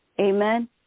Amen